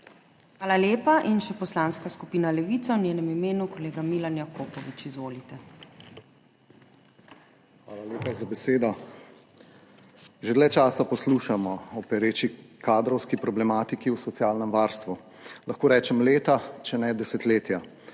Hvala lepa. In še Poslanska skupina Levica, v njenem imenu kolega Milan Jakopovič. Izvolite. **MILAN JAKOPOVIČ (PS Levica):** Hvala lepa za besedo. Že dlje časa poslušamo o pereči kadrovski problematiki v socialnem varstvu. Lahko rečem leta, če ne desetletja.